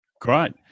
Great